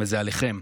וזה עליכם: